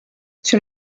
sur